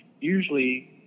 usually